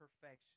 perfection